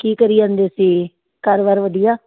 ਕੀ ਕਰੀ ਜਾਂਦੇ ਸੀ ਕਾਰੋਬਾਰ ਵਧੀਆ